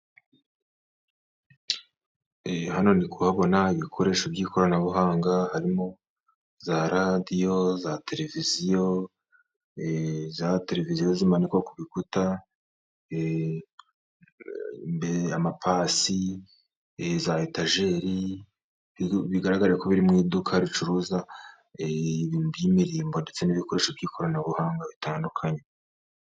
Hano ndi kuhabona ibikoresho by'ikoranabuhanga harimo za Radiyo, za Televiziyo, za Televiziyo zimanikwa ku bikuta, amapasi, za etageri bigaraga ko biri mu iduka ricuruza ibintu by'imirimbo ndetse n'ibikoresho by'ikoranabuhanga bitandukanye.